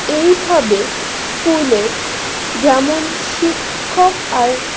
এইভাবে স্কুলের যেমন শিক্ষক আর